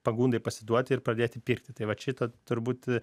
pagundai pasiduoti ir pradėti pirkti tai vat šito turbūt